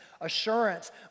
assurance